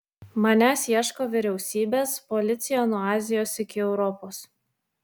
manęs ieško vyriausybės policija nuo azijos iki europos